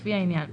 לפי העניין,